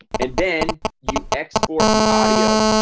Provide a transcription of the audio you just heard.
and then you export the audio